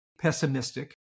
pessimistic